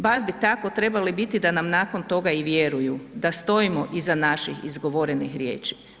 Bar bi tako trebalo biti da nam nakon toga i vjeruju, da stojimo iza naših izgovorenih riječi.